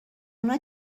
اونجا